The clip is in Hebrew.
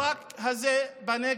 המאבק הזה בנגב